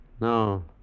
Now